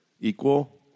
equal